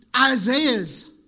Isaiah's